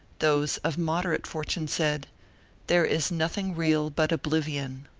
those of moderate fortune said there is nothing real but oblivion,